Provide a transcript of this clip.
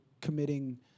committing